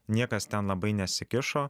niekas ten labai nesikišo